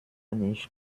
nicht